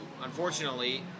Unfortunately